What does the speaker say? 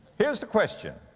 here's the question